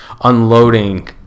unloading